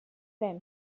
veurem